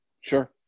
Sure